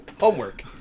Homework